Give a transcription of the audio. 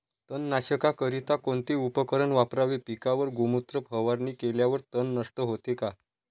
तणनाशकाकरिता कोणते उपकरण वापरावे? पिकावर गोमूत्र फवारणी केल्यावर तण नष्ट होते का?